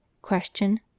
Question